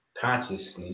consciousness